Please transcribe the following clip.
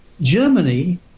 Germany